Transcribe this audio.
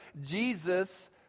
Jesus